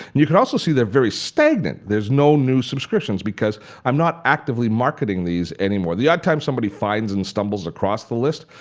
and you can also see they're very stagnant no new subscriptions because i'm not actively marketing these anymore. the odd time somebody finds and stumbles across the list,